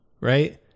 right